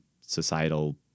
societal